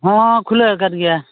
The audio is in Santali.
ᱦᱮᱸ ᱠᱷᱩᱞᱟᱹᱣ ᱟᱠᱟᱫ ᱜᱮᱭᱟ